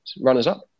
runners-up